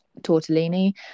tortellini